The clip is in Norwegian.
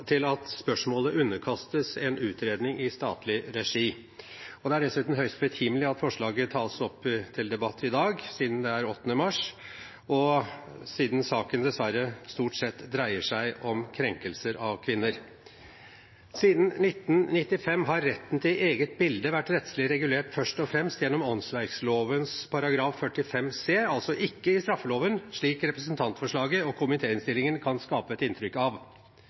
at spørsmålet underkastes en utredning i statlig regi. Det er dessuten høyst betimelig at forslaget tas opp til debatt i dag, siden det er 8. mars og siden saken dessverre stort sett dreier seg om krenkelser av kvinner. Siden 1995 har retten til eget bilde vært rettslig regulert først og fremst gjennom åndsverkloven § 45c, altså ikke i straffeloven, slik representantforslaget og komitéinnstillingen kan skape et inntrykk av.